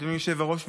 אדוני היושב-ראש,